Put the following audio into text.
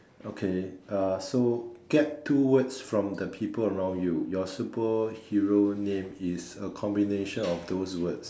okay uh so get two words from the people around you your super hero name is a combination of those words